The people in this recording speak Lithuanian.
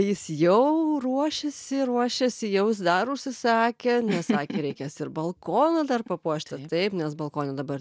jis jau ruošiasi ruošiasi jau jis dar užsisakė nes sakė reikės ir balkoną dar papuošti taip nes balkone dabar